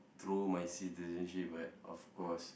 throw my citizenship but of course